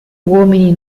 uomini